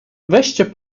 weźcie